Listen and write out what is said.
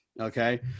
Okay